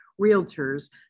Realtors